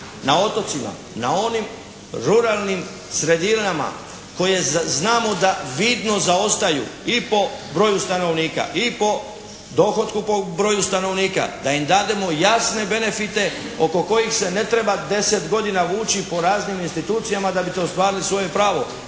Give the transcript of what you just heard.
na otocima, na onim ruralnim sredinama koje znamo da vidno zaostaju i po broju stanovniku i po dohotku po broju stanovnika, da im dademo jasne benefite oko kojih se ne treba deset godina vući po raznim institucijama da bi ostvarili svoje pravo